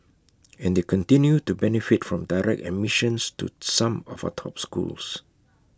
and they continue to benefit from direct admissions to some of our top schools